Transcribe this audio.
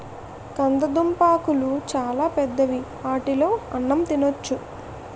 కందదుంపలాకులు చాలా పెద్దవి ఆటిలో అన్నం తినొచ్చు